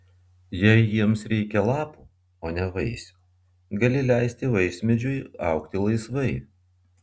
jei jiems reikia lapų o ne vaisių gali leisti vaismedžiui augti laisvai